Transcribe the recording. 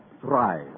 thrive